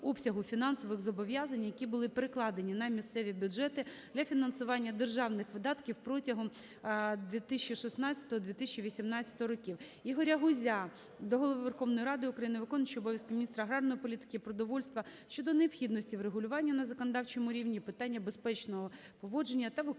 обсягу фінансових зобов'язань, які були перекладені на місцеві бюджети для фінансування державних видатків протягом 2016 - 2018 років. Ігоря Гузя до Голови Верховної Ради України, виконуючого обов’язки міністра аграрної політики, продовольства щодо необхідності врегулювання на законодавчому рівні питання безпечного поводження та використання